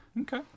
Okay